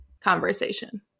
conversation